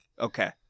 Okay